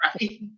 right